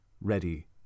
ready